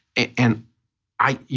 and i,